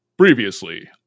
Previously